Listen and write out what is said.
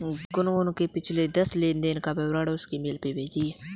गुनगुन के पिछले दस लेनदेन का विवरण उसके मेल पर भेजिये